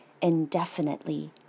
indefinitely